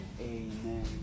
Amen